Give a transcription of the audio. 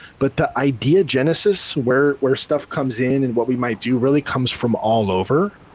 but the idea genesis where where stuff comes in and what we might do really comes from all over,